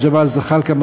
ג'מאל זחאלקה,